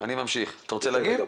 אתה רוצה להגיב?